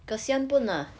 kesian pun ah